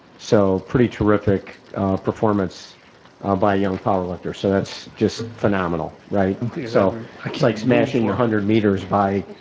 so pretty terrific performance ah by young powerlifter. so that's just phenomenal, right? and so it's like smashing your hundred meters by,